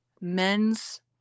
men's